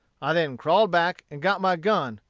i then crawled back and got my gun,